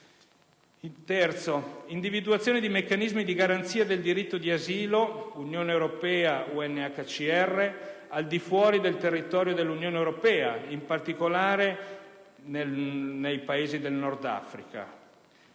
L'individuazione di meccanismi di garanzia del diritto d'asilo Unione europea-UNHCR al di fuori del territorio dell'Unione, in particolare nei Paesi del Nord-Africa.